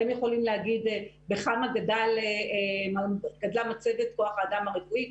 הם יכולים להגיד בכמה גדלה מצבת כוח האדם הרפואית.